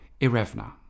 irevna